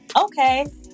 okay